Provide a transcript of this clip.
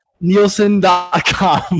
Nielsen.com